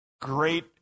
Great